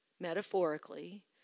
metaphorically